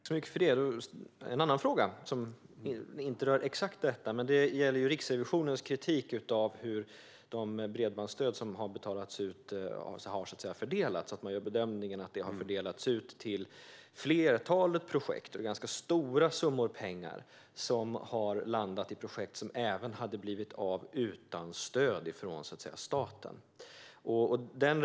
Herr talman! Då har jag en annan fråga, som inte rör exakt detta. Det gäller Riksrevisionens kritik av hur det bredbandsstöd som har betalats ut har fördelats. Man gör bedömningen att det har fördelats till flertalet projekt och att ganska stora summor pengar har landat i projekt som hade blivit av även utan stöd från staten.